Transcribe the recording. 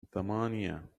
ثمانية